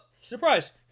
surprise